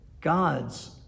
God's